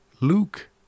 Luke